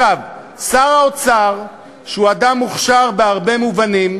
שר האוצר, שהוא אדם מוכשר בהרבה מובנים,